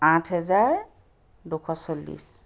আঠ হেজাৰ দুশ চল্লিছ